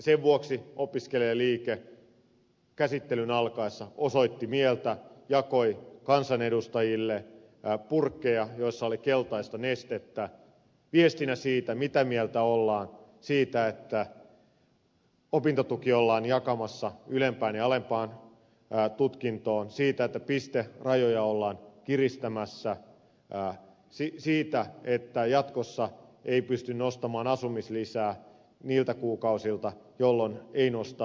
sen vuoksi opiskelijaliike käsittelyn alkaessa osoitti mieltä jakoi kansanedustajille purkkeja joissa oli keltaista nestettä viestinä siitä mitä mieltä ollaan siitä että opintotuki ollaan jakamassa ylempään ja alempaan tutkintoon siitä että pisterajoja ollaan kiristämässä siitä että jatkossa ei pysty nostamaan asumislisää niiltä kuukausilta jolloin ei nosta opintorahaa